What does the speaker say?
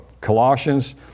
Colossians